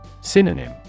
Synonym